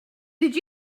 did